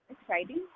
Exciting